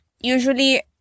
Usually